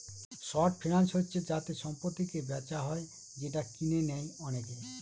short finance হচ্ছে যাতে সম্পত্তিকে বেচা হয় যেটা কিনে নেয় অনেকে